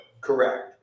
Correct